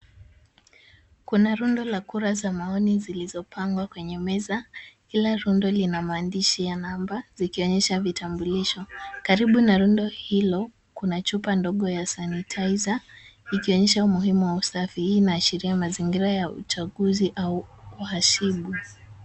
Kuna rundo la kura za maoni zilizopangwa kwenye meza. Kila rundo lina maandishi ya namba zikionyesha vitambulisho. Karibu na rundo hilo kuna chupa ndogo ya sanitizer ikionyesha umuhimu wa usafi na sheria mazingira ya uchaguzi au uhashibu.